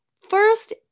First